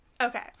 Okay